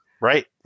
Right